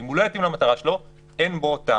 אם הוא לא יתאים למטרה שלו, אין בו טעם.